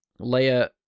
Leia